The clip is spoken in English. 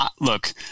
look